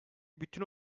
bütün